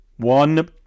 One